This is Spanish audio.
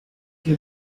que